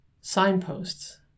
Signposts